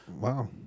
Wow